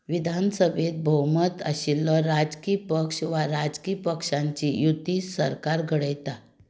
विधान सभेंत भोवमत आशिल्लो राजकी पक्ष वा राजकी पक्षांची युती सरकार घडयता